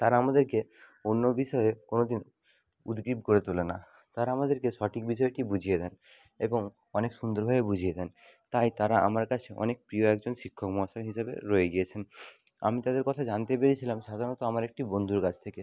তারা আমাদেরকে অন্য বিষয়ে কোনো দিন উদগ্রীব করে তোলে না তারা আমাদেরকে সঠিক বিষয়টি বুঝিয়ে দেন এবং অনেক সুন্দরভাবেই বুঝিয়ে দেন তাই তারা আমার কাছে অনেক প্রিয় একজন শিক্ষক মহাশয় হিসাবে রয়ে গিয়েছেন আমি তাদের কথা জানতে পেরেছিলাম সাধারণত আমার একটি বন্ধুর কাছ থেকে